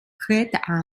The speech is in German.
kreta